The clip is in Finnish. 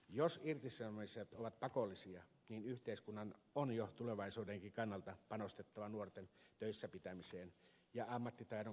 jos irtisanomiset ovat pakollisia niin yhteiskunnan on jo tulevaisuudenkin kannalta panostettava nuorten töissä pitämiseen ja ammattitaidon kartuttamiseen